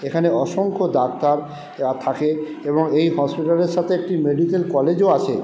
এখানে অসংখ্য ডাক্তার থাকে এবং এই হসপিটালের সাথে একটি মেডিকেল কলেজও আছে